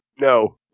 No